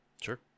Sure